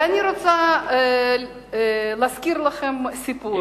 ואני רוצה להזכיר לכם סיפור,